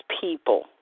people